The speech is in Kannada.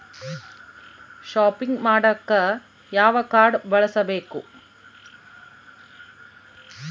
ಷಾಪಿಂಗ್ ಮಾಡಾಕ ಯಾವ ಕಾಡ್೯ ಬಳಸಬೇಕು?